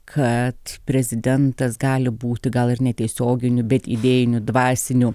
kad prezidentas gali būti gal ir ne tiesioginių bet idėjinių dvasinių